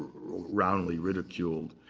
roundly ridiculed.